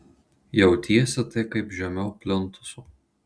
jautiesi tai kaip žemiau plintuso